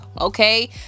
okay